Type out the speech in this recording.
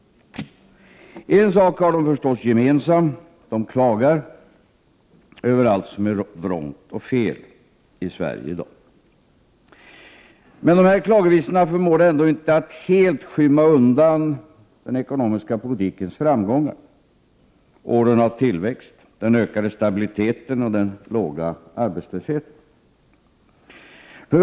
En sak har de förstås gemensam. De klagar över allt som är vrångt och fel i Sverige i dag. Men de här klagovisorna förmår ändå inte helt skymma undan den ekonomiska politikens framgångar — åren av tillväxt, den ökade stabiliteten och den låga arbetslösheten.